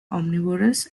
omnivorous